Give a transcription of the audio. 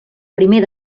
primer